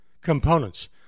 components